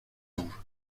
anges